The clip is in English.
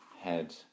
head